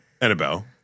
Annabelle